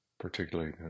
particularly